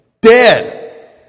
Dead